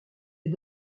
est